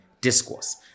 discourse